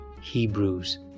Hebrews